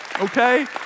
okay